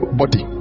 body